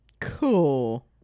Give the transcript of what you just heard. Cool